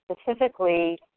specifically